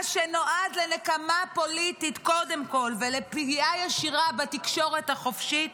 מה שנועד לנקמה פוליטית קודם כול ולפגיעה ישירה בתקשורת החופשית